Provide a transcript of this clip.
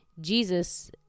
jesus